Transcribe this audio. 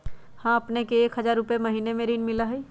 हां अपने के एक हजार रु महीने में ऋण मिलहई?